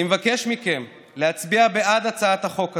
אני מבקש מכם להצביע בעד הצעת החוק הזאת,